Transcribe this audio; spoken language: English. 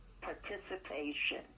participation